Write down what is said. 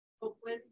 Hopeless